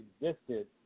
existed